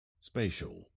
Spatial